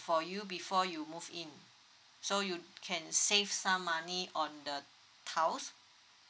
for you before you move in so you can save some money on the tiles